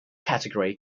category